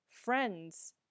friends